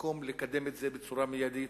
מקום לקדם את זה בצורה מיידית.